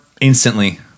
instantly